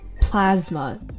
plasma